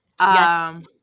Yes